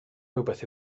rywbeth